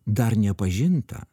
dar nepažinta